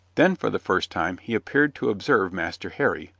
then for the first time he appeared to observe master harry,